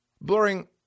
blurring